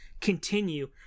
continue